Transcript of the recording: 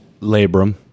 labrum